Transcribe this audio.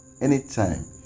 anytime